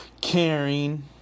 caring